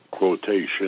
quotation